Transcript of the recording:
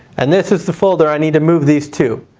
and this is the folder i need to move these to.